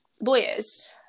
lawyers